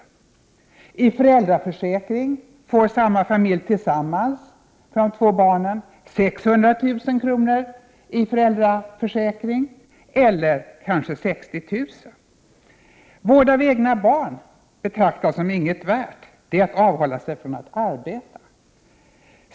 Genom föräldraförsäkringen får samma familj tillsammans för de två barnen 600 000 kr. i stöd eller kanske 60 000 kr. Vård av egna barn betraktas som inget värd — sådan verksamhet är att avhålla sig från att arbeta.